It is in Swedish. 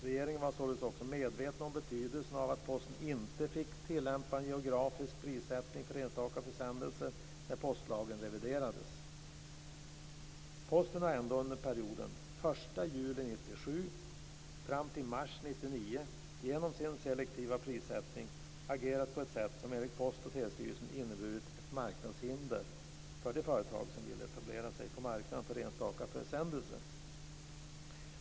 Regeringen var således också medveten om betydelsen av att Posten inte fick tillämpa en geografisk prissättning för enstaka försändelser när postlagen reviderades. Posten har ändå under perioden från den 1 juli 1997 fram till mars 1999 genom sin selektiva prissättning agerat på ett sätt som enligt Post och telestyrelsen inneburit ett marknadshinder för de företag som vill etablera sig på marknaden för enstaka försändelser.